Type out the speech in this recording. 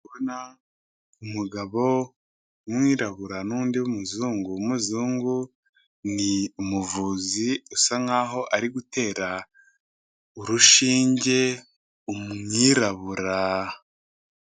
Umugabo w'umwirabura n'undi w'umuzungu, uw'umuzungu ni umuvuzi usa nkaho ari gutera urushinge umwirabura.